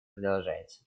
продолжается